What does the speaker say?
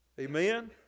Amen